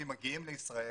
מגיעים לישראל,